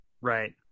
Right